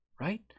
right